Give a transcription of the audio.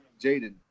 Jaden